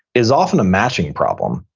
is often a matching problem.